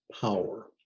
power